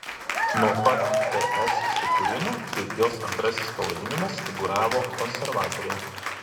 nuo pat ts sukūrimo kaip jos antrasis pavadinimas figūravo konservatoriai